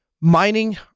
mining